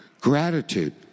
Gratitude